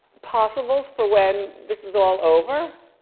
possibles for when this is all over?